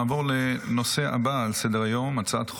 נעבור לנושא הבא על סדר-היום, הצעת חוק-יסוד: